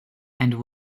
and